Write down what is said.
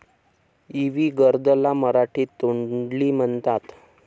इवी gourd ला मराठीत तोंडली म्हणतात